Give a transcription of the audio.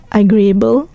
agreeable